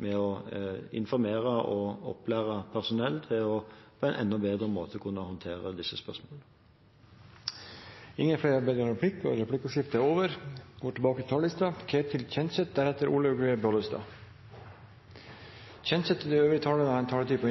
med å informere og opplære personell til på en enda bedre måte å kunne håndtere disse spørsmålene. Replikkordskiftet er over. De talere som heretter får ordet, har en taletid på